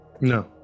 no